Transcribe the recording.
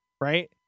right